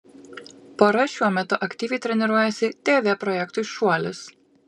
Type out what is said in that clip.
pora šiuo metu aktyviai treniruojasi tv projektui šuolis